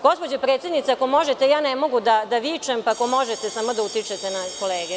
Gospođo predsednice, ako možete, ja ne mogu da vičem, pa ako možete samo da utišate kolege.